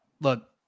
look